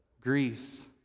Greece